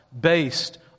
based